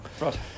Right